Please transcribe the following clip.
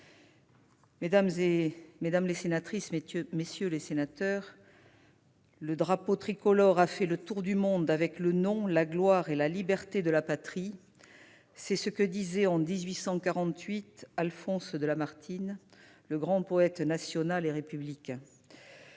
de ralliement. Mesdames les sénatrices, messieurs les sénateurs, « le drapeau tricolore a fait le tour du monde avec le nom, la gloire et la liberté de la patrie »: c'est ce que disait en 1848 Alphonse de Lamartine, le grand poète national et républicain.